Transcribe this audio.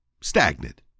stagnant